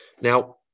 Now